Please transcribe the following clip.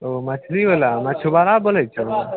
ओ मछलीवला मछुआरा बोलै छहो